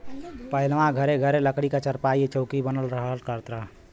पहिलवां घरे घरे लकड़ी क चारपाई, चौकी बनल करत रहल